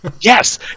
yes